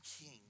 king